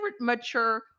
mature